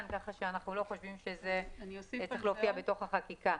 כך שאנחנו לא חושבים שזה צריך להופיע בתוך החקיקה.